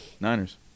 Niners